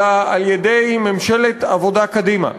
אלא על-ידי ממשלת עבודה-קדימה.